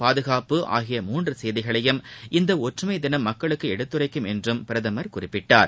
பாதுகாப்பு ஆகிய மூன்று செய்திகளையும் இந்த ஒற்றுமை தினம் மக்களுக்கு எடுத்துரைக்கும் என்றும் பிரதமர் குறிப்பிட்டுள்ளார்